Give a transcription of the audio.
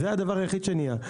זה הדבר היחיד שנהיה.